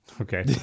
Okay